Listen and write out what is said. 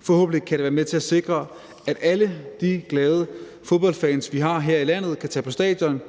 Forhåbentlig kan det være med til at sikre, at alle de glade fodboldfans, vi har her i landet, kan tage på stadion